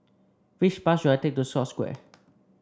which bus should I take to Scotts Square